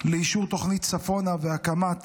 לאישור תוכנית צפונה והקמת